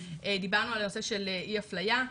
דיברנו על הנושא של אי אפליה,